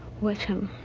with him.